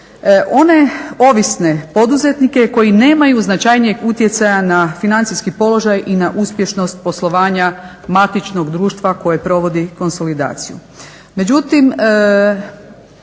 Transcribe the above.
one ovisne poduzetnike koji nemaju značajnijeg utjecaja na financijski položaj i na uspješnost poslovanja matičnog društva koje provodi konsolidaciju.